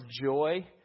joy